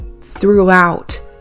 throughout